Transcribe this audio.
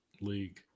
league